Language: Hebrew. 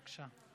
בבקשה.